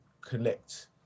connect